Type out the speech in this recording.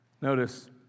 Notice